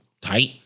tight